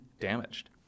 damaged